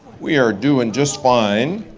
we are doing just fine.